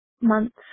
months